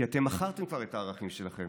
כי אתם מכרתם כבר את הערכים שלכם,